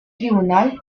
tribunal